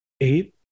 Eight